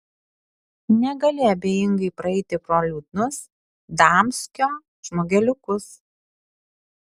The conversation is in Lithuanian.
negali abejingai praeiti pro liūdnus damskio žmogeliukus